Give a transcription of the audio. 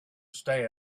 stay